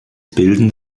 bilden